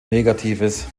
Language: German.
negatives